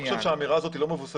אני חושב שהאמירה הזאת לא מבוססת.